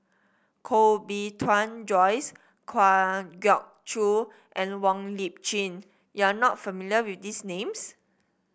Koh Bee Tuan Joyce Kwa Geok Choo and Wong Lip Chin you are not familiar with these names